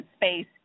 space